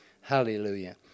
Hallelujah